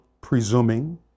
presuming